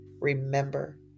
Remember